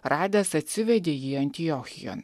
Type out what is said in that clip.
radęs atsivedė jį antiochijon